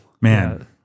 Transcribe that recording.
Man